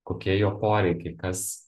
kokie jo poreikiai kas